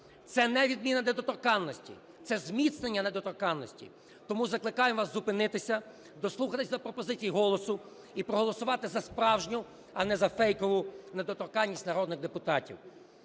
Це не відміна недоторканності, це зміцнення недоторканності. Тому закликаю вас зупинитися, дослухатися до пропозицій "Голосу" - і проголосувати за справжню, а не за фейкову недоторканність народних депутатів.